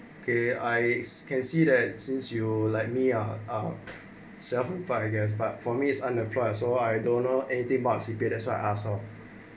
okay I can see that since you like me ah ah seven part I guess but for me is unemployed so I don't know eighteen marks he pay that's why I ask her